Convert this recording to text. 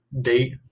date